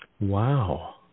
Wow